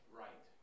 right